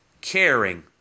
caring